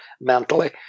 mentally